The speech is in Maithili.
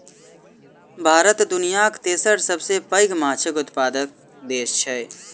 भारत दुनियाक तेसर सबसे पैघ माछक उत्पादक देस छै